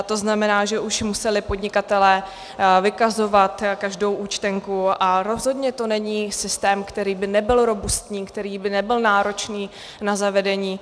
To znamená, že už museli podnikatelé vykazovat každou účtenku, a rozhodně to není systém, který by nebyl robustní, který by nebyl náročný na zavedení.